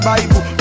Bible